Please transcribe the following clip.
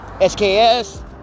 SKS